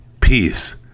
Peace